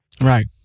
Right